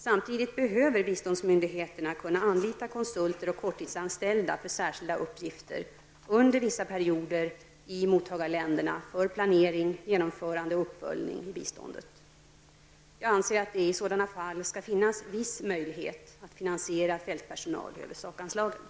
Samtidigt behöver biståndsmyndigheterna kunna anlita konsulter och korttidsanställda för särskilda uppgifter under vissa perioder i mottagarländerna för planering, genomförande och uppföljning i biståndet. Jag anser att det i sådana fall skall finnas viss möjlighet att finansiera fältpersonal över sakanslagen.